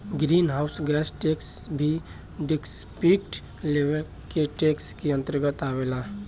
green house gas tax भी descriptive level के tax के अंतर्गत आवेला